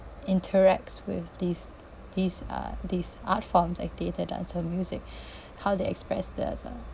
interacts with these these uh these art form like theatre dance or music how they express the the